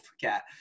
forget